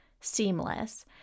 seamless